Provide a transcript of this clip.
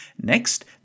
Next